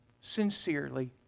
sincerely